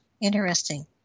interesting